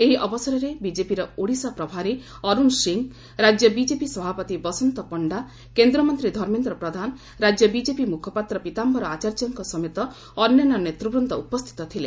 ଏହି ଅବସରରେ ବିଜେପିର ଓଡ଼ିଶା ପ୍ରଭାରୀ ଅରୁଣ ସିଂ ରାଜ୍ୟ ବିଜେପି ସଭାପତି ବସନ୍ତ ପଣ୍ଣା କେନ୍ଦ୍ରମନ୍ତୀ ଧର୍ମେନ୍ଦ୍ର ପ୍ରଧାନ ରାଜ୍ୟ ବିଜେପି ମୁଖପାତ୍ର ପୀତାଧ୍ଘର ଆଚାର୍ଯ୍ୟଙ୍କ ସମେତ ଅନ୍ୟାନ୍ୟ ନେତ୍ରବୂନ୍ଦ ଉପସ୍ଥିତ ଥିଲେ